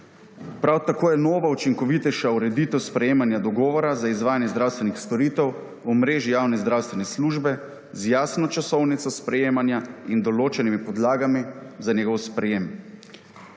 Prav tako je nova učinkovitejša ureditev sprejemanja dogovora za izvajanje zdravstvenih storitev v mreži javne zdravstvene službe, z jasno časovnico sprejemanja in določenimi podlagami za njegovo sprejetje.